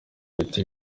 bitwa